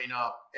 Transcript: up